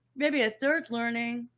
maybe a third learning,